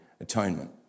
atonement